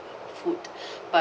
food but